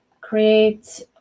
create